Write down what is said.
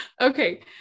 Okay